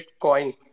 Bitcoin